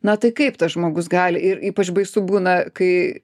na tai kaip tas žmogus gali ir ypač baisu būna kai